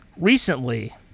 Recently